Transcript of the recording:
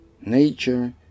Nature